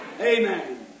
Amen